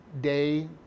day